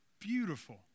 beautiful